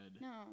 No